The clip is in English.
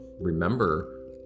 remember